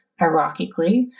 hierarchically